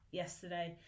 yesterday